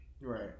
Right